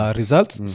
results